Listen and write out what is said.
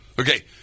Okay